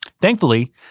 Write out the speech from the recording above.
Thankfully